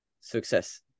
success